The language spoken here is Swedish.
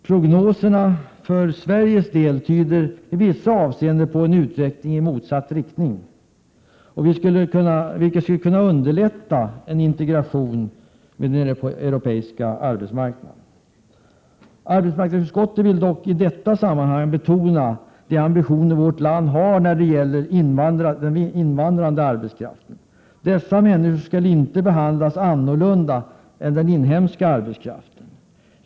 Prognoserna för Sveriges del tyder i vissa avseenden på en utveckling i motsatt riktning, vilket skulle kunna underlätta integrationen med den europeiska arbetsmarknaden. Arbetsmarknadsutskottet vill dock i detta sammanhang betona de ambitioner vårt land har när det gäller den invandrade arbetskraften. Dessa människor skall inte behandlas på annat sätt än den inhemska arbetskraften.